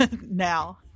now